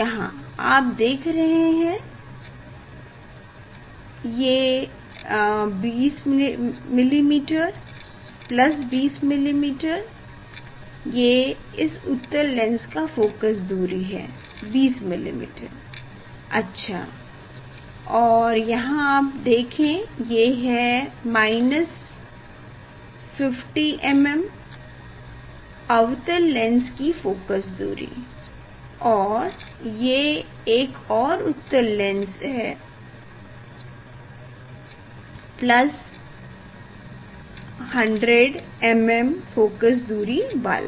यहाँ आप देख रहे है ये 20mm ये इस उत्तल लेंस का फोकस दूरी है 20 mm अच्छा और यहाँ आप देखें ये है 50mm अवतल लेंस कि फोकस दूरी और ये एक और उत्तल लेंस है 100mm फोकस दूरी वाला